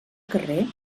carrer